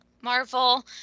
Marvel